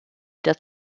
der